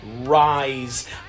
rise